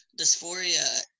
Dysphoria